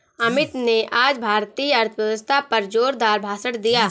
अमित ने आज भारतीय अर्थव्यवस्था पर जोरदार भाषण दिया